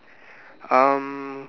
um